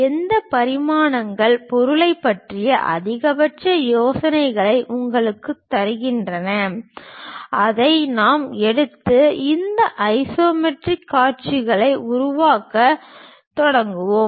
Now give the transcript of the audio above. எந்த பரிமாணங்கள் பொருளைப் பற்றிய அதிகபட்ச யோசனையை உங்களுக்குத் தருகின்றன அதை நாம் எடுத்து இந்த ஐசோமெட்ரிக் காட்சிகளை உருவாக்கத் தொடங்குவோம்